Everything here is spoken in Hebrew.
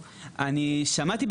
אבל אני מבין שיש זכות,